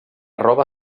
roba